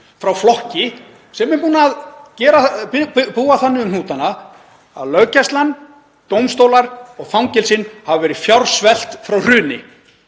frá flokki sem hefur búið þannig um hnútana að löggæslan, dómstólar og fangelsin hafa verið fjársvelt frá hruni.